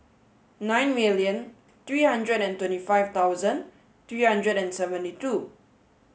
nine million three hundred and twenty five thousand three hundred and seventy two